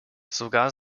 sogar